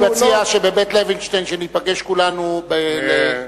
אני מציע שניפגש כולנו ב"בית לוינשטיין",